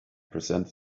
presented